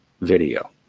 video